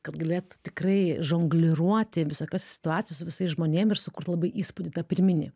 kad galėtų tikrai žongliruoti visokiose situacijose su visais žmonėm ir sukurt labai įspūdį tą pirminį